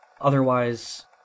Otherwise